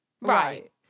Right